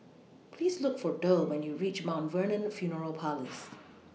Please Look For Derl when YOU REACH Mt Vernon Funeral Parlours